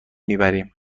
میبریم